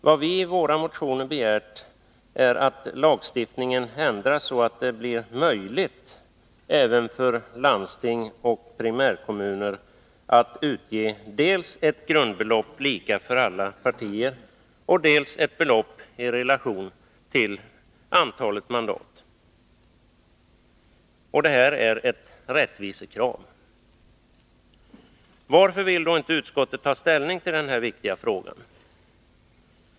Vad vi i våra motioner har begärt är att lagstiftningen ändras så att det blir möjligt även för landsting och primärkommuner att utge dels ett grundbelopp lika för alla partier, dels ett beloppi relation till antalet mandat. Detta är ett rättvisekrav. Varför vill då utskottet inte ta ställning till denna viktiga fråga?